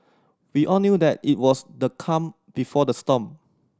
we all knew that it was the calm before the storm